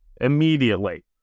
Immediately